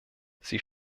sie